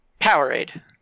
Powerade